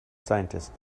scientist